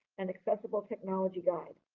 and accessible technology guide.